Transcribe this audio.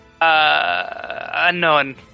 unknown